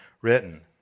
written